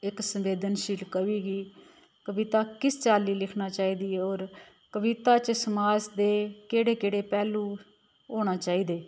इक संवेदनशील कवि गी कविता किस चाल्ली लिखन चाहिदी होर कविता च समाज दे केह्ड़े केह्ड़े पैह्लू होना चाहिदे